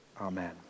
Amen